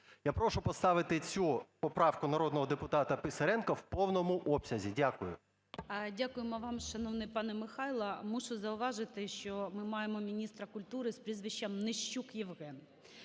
Я прошу поставити цю поправку народного депутата Писаренка в повному обсязі. Дякую. ГОЛОВУЮЧИЙ. Дякуємо вам, шановний пане Михайло. Мушу зауважити, що ми маємо міністра культури з прізвищемНищук Євген.